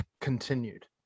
continued